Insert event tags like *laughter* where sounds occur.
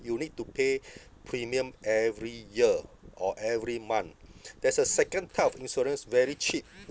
you need to pay premium every year or every month *breath* there's a second type of insurance very cheap